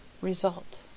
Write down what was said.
Result